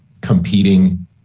competing